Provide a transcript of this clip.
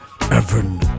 Evan